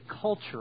culture